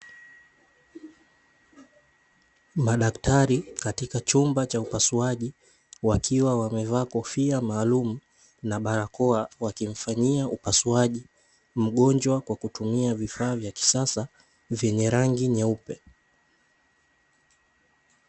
Madaktari katika chumba cha upasuaji wakiwa wamevaa kofia maalumu na barakoa, wakimfanyia upasuaji mgonjwa kwa kutumia vifaa vya kisasa vyenye rangi nyeupe.